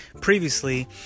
previously